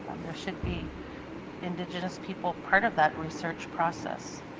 um there should be indigenous people part of that research process.